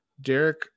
Derek